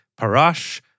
Parash